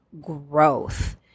growth